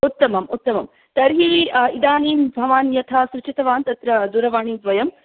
उत्तमम् उत्तमम् तर्हि इदानीं भवान् यथा सूचितवान् तत्र दूरवाणीद्वयं